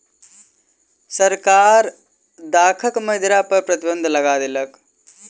सरकार दाखक मदिरा पर प्रतिबन्ध लगा देलक